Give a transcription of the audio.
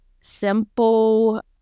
simple